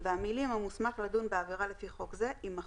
והמילים "המוסמך לדון בעבירה לפי חוק זה" יימחקו."